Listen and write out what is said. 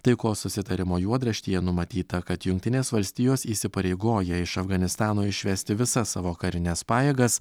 taikos susitarimo juodraštyje numatyta kad jungtinės valstijos įsipareigoja iš afganistano išvesti visas savo karines pajėgas